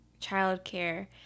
childcare